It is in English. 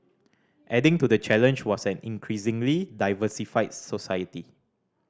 adding to the challenge was an increasingly diversified society